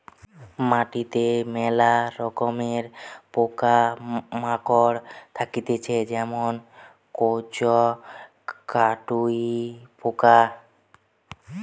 মাটিতে মেলা রকমের পোকা মাকড় থাকতিছে যেমন কেঁচো, কাটুই পোকা